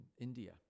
India